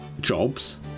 jobs